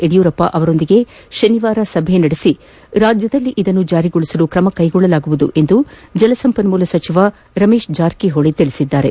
ಯಡಿಯೂರಪ್ಪ ಅವರೊಂದಿಗೆ ಮುಂದಿನ ಶನಿವಾರ ಸಭೆ ನಡೆಸಿ ರಾಜ್ಯದಲ್ಲಿ ಇದನ್ನು ಜಾರಿಗೊಳಿಸಲು ಕ್ರಮ ಕೈಗೊಳ್ಳಲಾಗುವುದೆಂದು ಜಲ ಸಂಪನ್ಮೂಲ ಸಚಿವರಾದ ರಮೇಶ್ ಜಾರಕಿಹೊಳಿ ತಿಳಿಸಿದ್ದಾರೆ